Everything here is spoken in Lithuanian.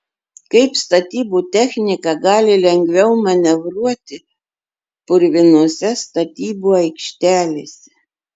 kaip statybų technika gali lengviau manevruoti purvinose statybų aikštelėse